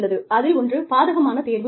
அதில் ஒன்று பாதகமான தேர்வு ஆகும்